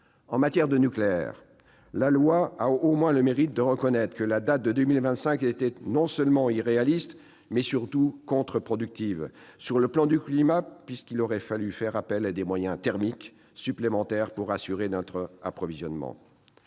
En matière de nucléaire, la loi a au moins le mérite de reconnaître que la date de 2025 était non seulement irréaliste, mais surtout contre-productive sur le plan du climat, puisqu'il aurait fallu faire appel à des moyens thermiques supplémentaires pour assurer notre approvisionnement.